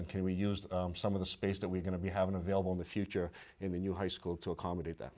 and can we used some of the space that we're going to be having available in the future in the new high school to accommodate th